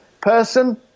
person